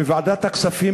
בוועדת הכספים,